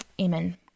Amen